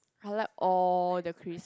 I like all the chris